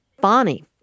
Bonnie